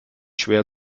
schwer